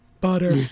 butter